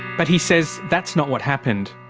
but he says that's not what happened.